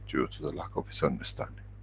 due to the lack of his understanding,